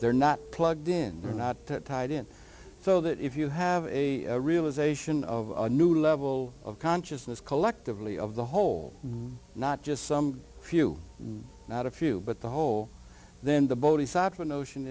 they're not plugged in or not tied in so that if you have a realization of a new level of consciousness collectively of the whole not just some few not a few but the whole then the